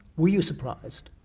were you surprised?